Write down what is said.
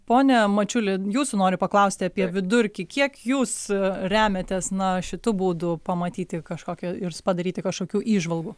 pone mačiuli jūsų noriu paklausti vidurkį kiek jūs remiatės na šitu būdu pamatyti kažkokią ir padaryti kažkokių įžvalgų